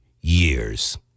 years